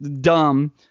Dumb